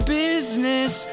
business